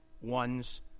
one's